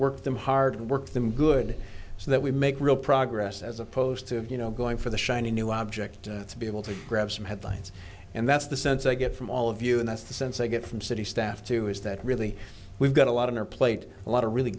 work them hard work them good so that we make real progress as opposed to you know going for the shiny new object to be able to grab some headlines and that's the sense i get from all of you and that's the sense i get from city staff too is that really we've got a lot of our plate a lot of really